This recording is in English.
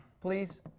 please